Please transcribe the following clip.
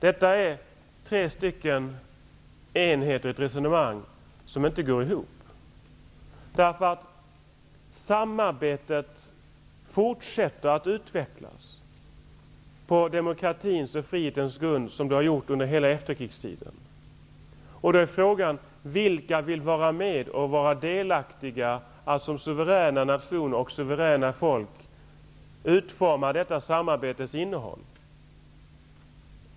Detta är tre stycken enheter i ett resonemang som inte går ihop. Samarbetet fortsätter att utvecklas på demokratins och frihetens grund, såsom det har gjort under hela efterkrigstiden. Då är frågan: Vilka vill vara med och vara delaktiga i att som suveräna nationer och suveräna folk utforma detta samarbetes innehåll?